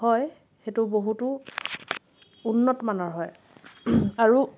হয় সেইটো বহুতো উন্নতমানৰ হয় আৰু